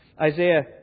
Isaiah